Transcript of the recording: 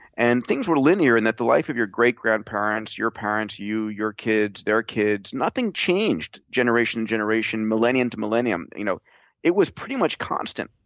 and things were linear in that the life of your great-grandparents, your parents, you, your kids, their kids, nothing changed generation to generation, millennium to millennium. you know it was pretty much constant.